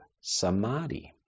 samadhi